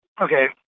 Okay